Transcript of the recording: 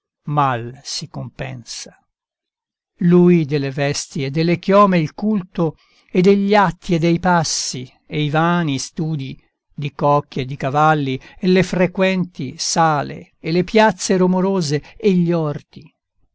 apprestò mal si compensa lui delle vesti e delle chiome il culto e degli atti e dei passi e i vani studi di cocchi e di cavalli e le frequenti sale e le piazze romorose e gli orti